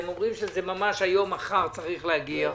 הם אומרים שזה היום-מחר צריך להגיע.